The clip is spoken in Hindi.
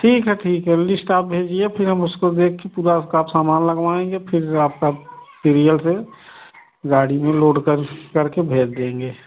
ठीक है ठीक है लिस्ट आप भेजिए फिर हम उसको देख पूरा आपका सामान लगवाएँगे फिर आपका पिरियल से गाड़ी में लोड कर करके भेज देंगे